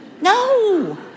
no